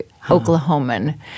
Oklahoman